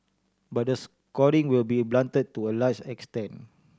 but the scoring will be blunted to a large extent